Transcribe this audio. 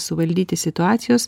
suvaldyti situacijos